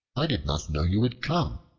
i did not know you had come,